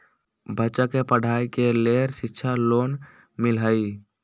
बच्चा के पढ़ाई के लेर शिक्षा लोन मिलहई?